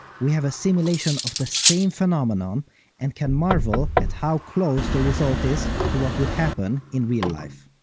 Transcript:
we have a simulation of the same phenomenon and can marvel at how close the result is to what would happen in real life.